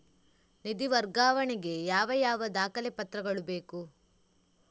ನಿಧಿ ವರ್ಗಾವಣೆ ಗೆ ಯಾವ ಯಾವ ದಾಖಲೆ ಪತ್ರಗಳು ಬೇಕು?